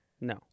no